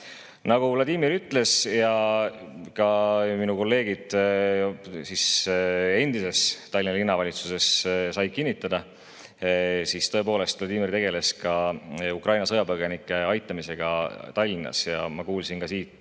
Nagu Vladimir ütles ja nagu ka minu kolleegid endises Tallinna Linnavalitsuses said kinnitada, tõepoolest, Vladimir tegeles ka Ukraina sõjapõgenike aitamisega Tallinnas. Ma kuulsin ka siit